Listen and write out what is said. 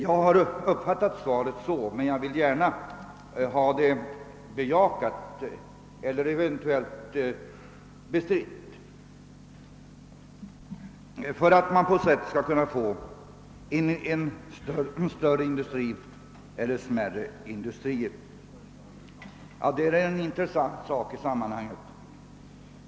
Jag har uppfattat svaret så, men jag vill gärna ha en bekräftelse eller eventuellt ett bestridande av att man på så sätt skulle kunna få en större industri eller några mindre industrier lokaliserade till övre Norrland.